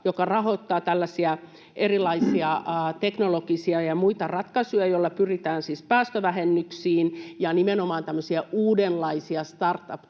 joka rahoittaa tällaisia erilaisia teknologisia ja muita ratkaisuja, joilla pyritään siis päästövähennyksiin, ja nimenomaan tämmöisiä uudenlaisia startup-tyyppisiä